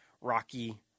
rocky